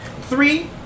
three